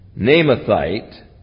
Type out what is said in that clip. Namathite